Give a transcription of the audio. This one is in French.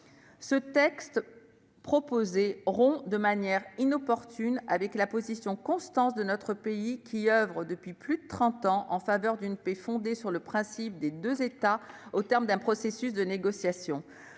Le texte proposé rompt de manière inopportune avec la position constante de notre pays, qui oeuvre depuis plus de trente ans en faveur d'une paix fondée sur le principe des deux États, au terme d'un processus de négociation,